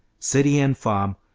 city and farm,